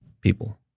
People